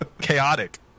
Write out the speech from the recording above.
Chaotic